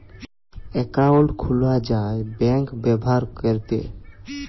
account খুলা যায় bank ব্যাভার ক্যরতে